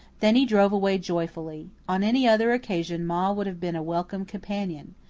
then he drove away joyfully. on any other occasion ma would have been a welcome companion.